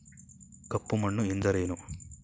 ಕಪ್ಪು ಮಣ್ಣು ಎಂದರೇನು?